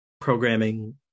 programming